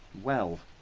well.